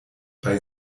bei